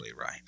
right